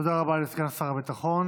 תודה רבה לסגן שר הביטחון.